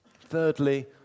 Thirdly